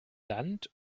land